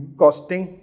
costing